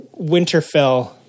Winterfell